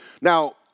Now